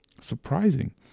surprising